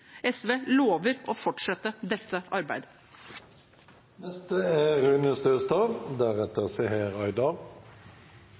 SV lover å fortsette dette